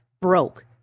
broke